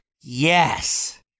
Yes